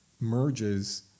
merges